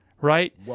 right